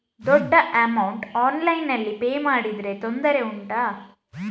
ದೊಡ್ಡ ಅಮೌಂಟ್ ಆನ್ಲೈನ್ನಲ್ಲಿ ಪೇ ಮಾಡಿದ್ರೆ ತೊಂದರೆ ಉಂಟಾ?